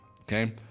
Okay